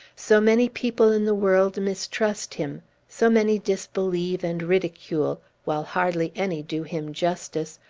so many people in the world mistrust him so many disbelieve and ridicule, while hardly any do him justice,